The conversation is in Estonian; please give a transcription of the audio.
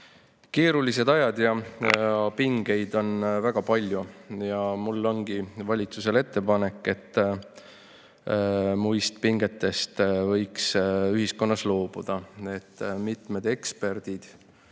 keerulised ajad ja pingeid on väga palju. Mul ongi valitsusele ettepanek, et muist pingetest võiks ühiskonnas loobuda. Nagu aru